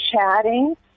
chatting